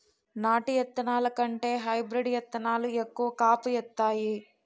నాటు ఇత్తనాల కంటే హైబ్రీడ్ ఇత్తనాలు ఎక్కువ కాపు ఇత్తాయి